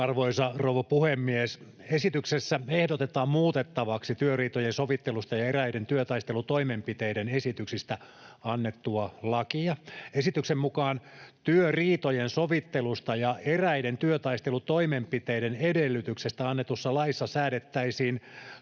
Arvoisa rouva puhemies! Esityksessä ehdotetaan muutettavaksi työriitojen sovittelusta ja eräiden työtaistelutoimenpiteiden esityksistä annettua lakia. Esityksen mukaan työriitojen sovittelusta ja eräiden työtaistelutoimenpiteiden edellytyksistä annetussa laissa säädettäisiin